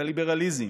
את הליברליזם,